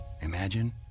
imagine